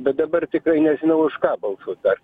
bet dabar tikrai nežinau už ką balsuot dar